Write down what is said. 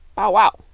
bow-wow!